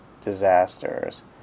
disasters